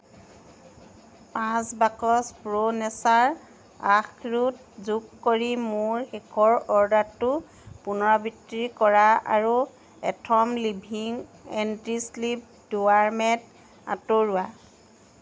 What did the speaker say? পাঁচ box pro nature আখৰোট যোগ কৰি মোৰ শেষৰ অৰ্ডাৰটোৰ পুনৰাবৃত্তি কৰা আৰু atom living anti slip door mat আঁতৰোৱা